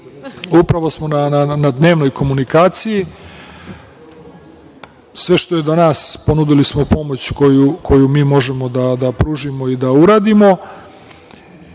upravo smo na dnevnoj komunikaciji, sve što je do nas ponudili smo pomoć koju mi možemo da pružimo i da uradimo. Želim